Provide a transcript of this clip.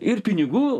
ir pinigų